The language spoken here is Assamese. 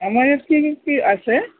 আমাৰ ইয়াত কি কি আছে